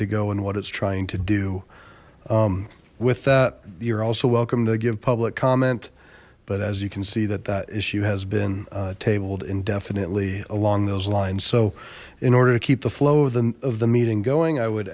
to go and what it's trying to do with that you're also welcome to give public comment but as you can see that that issue has been tabled indefinitely along those lines so in order to keep the flow of the of the meeting going i would